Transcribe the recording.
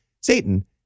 Satan